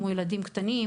כמו ילדים קטנים,